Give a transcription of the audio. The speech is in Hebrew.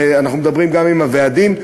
ואנחנו מדברים גם עם הוועדים,